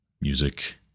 music